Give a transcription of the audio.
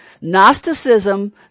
Gnosticism